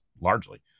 largely